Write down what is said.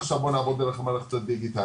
עכשיו בוא נעבוד דרך המערכת הדיגיטלית,